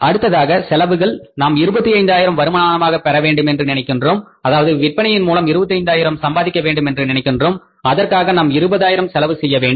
அடுத்ததாக செலவுகள் நாம் 25 ஆயிரம் வருமானமாக பெறவேண்டும் என்று நினைக்கின்றோம் அதாவது விற்பனையின் மூலம் 25 ஆயிரம் சம்பாதிக்க வேண்டும் என்று நினைக்கின்றோம் அதற்காக நாம் 20 ஆயிரம் செலவு செய்ய வேண்டும்